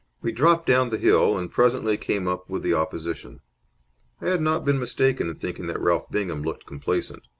we dropped down the hill, and presently came up with the opposition. i had not been mistaken in thinking that ralph bingham looked complacent.